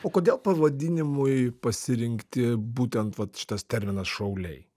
o kodėl pavadinimui pasirinkti būtent vat šitas terminas šauliai